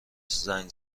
زنگ